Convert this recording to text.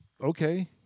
Okay